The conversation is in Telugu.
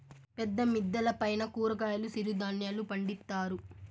పెద్ద మిద్దెల పైన కూరగాయలు సిరుధాన్యాలు పండిత్తారు